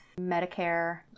medicare